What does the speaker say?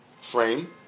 frame